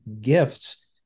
gifts